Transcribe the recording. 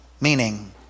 meaning